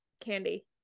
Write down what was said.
candy